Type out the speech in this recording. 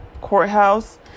courthouse